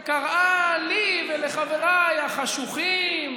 וקראה לי ולחבריי חשוכים,